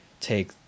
take